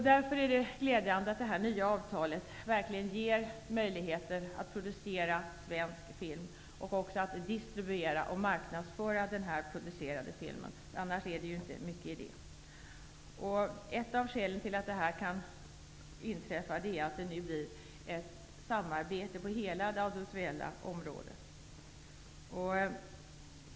Därför är det glädjande att det här nya avtalet verkligen ger möjligheter att producera svensk film och också att distribuera och marknadsföra den producerade filmen. Ett av skälen till att detta kan ske är att det nu blir ett samarbete på hela det audiovisuella området.